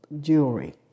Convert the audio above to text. jewelry